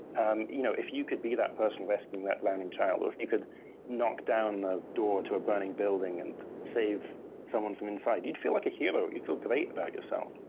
um you know if you could be that person investing in that drowning child, or if you could knock down the door to a burning building and save someone from inside, you'd feel like a hero. you'd feel great about yourself.